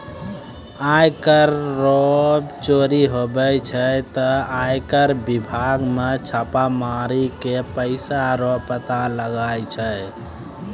आय कर रो चोरी हुवै छै ते आय कर बिभाग मे छापा मारी के पैसा रो पता लगाय छै